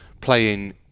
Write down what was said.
playing